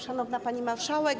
Szanowna Pani Marszałek!